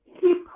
keep